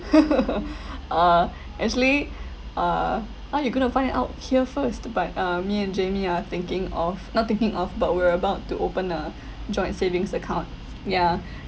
uh actually uh ah you going to find it out here first but uh me and jamie are thinking of not thinking of but we're about to open a joint savings account yeah